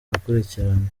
akurikirana